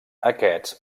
aquests